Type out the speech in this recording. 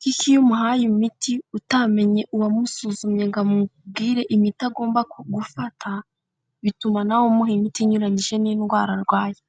kuko iyo umuhaye imiti utamenye uwamusuzumye ngo amubwire imiti agomba kugufata bituma nawe umuha imiti inyuranyije n'indwara arwaye.